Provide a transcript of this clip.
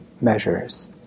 measures